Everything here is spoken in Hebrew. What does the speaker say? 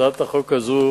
הצעת החוק הזאת